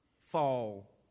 fall